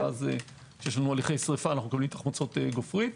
ואז כשיש הליכי שריפה מקבלים חומצות גופרית.